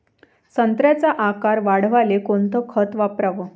संत्र्याचा आकार वाढवाले कोणतं खत वापराव?